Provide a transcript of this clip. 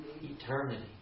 Eternity